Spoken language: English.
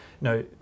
No